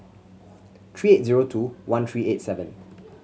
three eight zero two one three eight seven